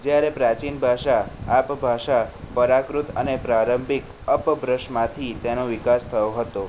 જ્યારે પ્રાચીન ભાષા આપ ભાષા પ્રરાકૃત અને પ્રારંભિક અપભ્રષ્ટમાંથી તેનો વિકાસ થયો હતો